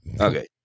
Okay